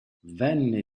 venne